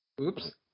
Oops